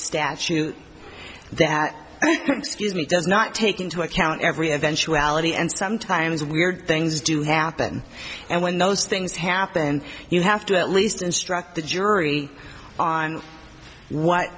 statute that excuse me does not take into account every eventuality and sometimes weird things do happen and when those things happen you have to at least instruct the jury on what